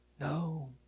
No